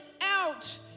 out